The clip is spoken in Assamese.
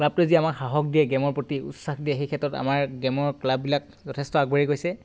ক্লাবটোৱে যি সাহস দিয়ে আমাক গেমৰ প্ৰতি উচ্ছাস দিয়ে সেই ক্ষেত্ৰত আমাৰ গেমৰ ক্লাববিলাক যথেষ্ট আগবাঢ়ি গৈছে